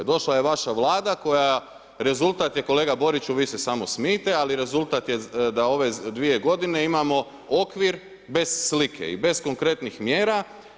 Došla je vaša Vlada koja, rezultat je kolega Boriću vi se samo smijte, ali rezultat je da ove dvije godine imamo okvir bez slike i bez konkretnih mjera.